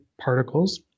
particles